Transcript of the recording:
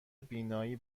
بینایی